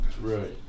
Right